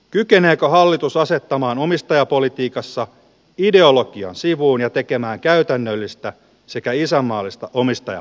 kykeneekö hallitus asettamaan omistajapolitiikassa videolla ja sivuun ja tekemään käytännöllistä sekä isänmaallista omista